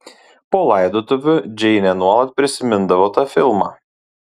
po laidotuvių džeinė nuolat prisimindavo tą filmą